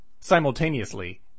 simultaneously